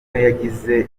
yagize